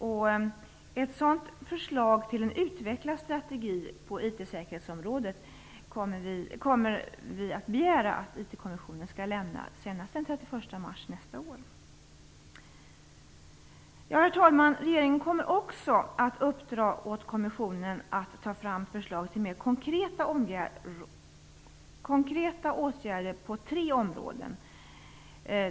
Vi kommer att begära att IT-kommissionen skall lämna ett sådant förslag till en utvecklad strategi på IT-säkerhetsområdet senast den Regeringen kommer också att uppdra åt kommissionen att ta fram förslag till mer konkreta åtgärder på tre områden.